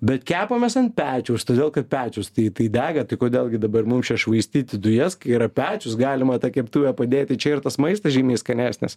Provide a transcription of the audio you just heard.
bet kepamės ant pečiaus todėl kad pečius tai tai dega tai kodėl gi dabar mums čia švaistyti dujas kai yra pečius galima tą keptuvę padėti čia ir tas maistas žymiai skanesnis